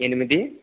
ఎనిమిది